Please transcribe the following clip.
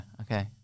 okay